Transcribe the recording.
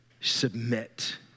submit